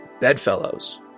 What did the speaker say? Bedfellows